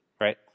right